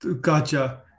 Gotcha